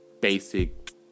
basic